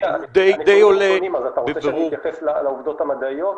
די עולה בבירור --- אז אתה רוצה שאני אתייחס לעובדות המדעיות?